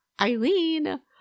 Eileen